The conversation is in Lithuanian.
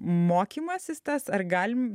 mokymasis tas ar galim